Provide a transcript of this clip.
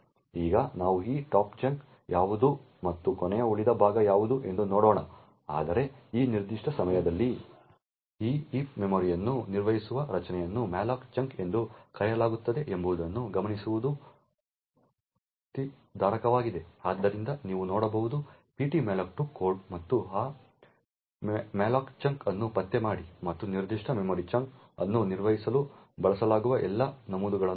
ಈಗ ನಾವು ಈ ಟಾಪ್ ಚಂಕ್ ಯಾವುದು ಮತ್ತು ಕೊನೆಯ ಉಳಿದ ಭಾಗ ಯಾವುದು ಎಂದು ನೋಡೋಣ ಆದರೆ ಈ ನಿರ್ದಿಷ್ಟ ಸಮಯದಲ್ಲಿ ಈ ಹೀಪ್ ಮೆಮೊರಿಯನ್ನು ನಿರ್ವಹಿಸುವ ರಚನೆಯನ್ನು malloc chunk ಎಂದು ಕರೆಯಲಾಗುತ್ತದೆ ಎಂಬುದನ್ನು ಗಮನಿಸುವುದು ಆಸಕ್ತಿದಾಯಕವಾಗಿದೆ ಆದ್ದರಿಂದ ನೀವು ನೋಡಬಹುದು ptmalloc2 ಕೋಡ್ ಮತ್ತು ಈ malloc chunk ಅನ್ನು ಪತ್ತೆ ಮಾಡಿ ಮತ್ತು ನಿರ್ದಿಷ್ಟ ಮೆಮೊರಿ ಚಂಕ್ ಅನ್ನು ನಿರ್ವಹಿಸಲು ಬಳಸಲಾಗುವ ಎಲ್ಲಾ ನಮೂದುಗಳನ್ನು ನೋಡಿ